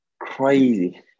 crazy